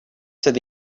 said